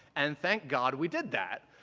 and thank god we did that.